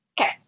Okay